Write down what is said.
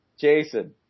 Jason